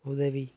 உதவி